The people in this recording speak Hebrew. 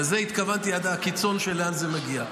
לזה התכוונתי, עד הקיצון של לאן זה מגיע.